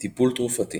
טיפול תרופתי